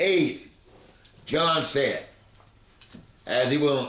eight john said and he will